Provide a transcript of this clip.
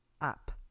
up